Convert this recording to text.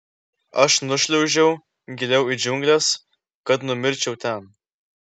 aš nušliaužiau giliau į džiungles kad numirčiau ten